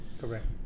correct